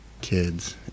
kids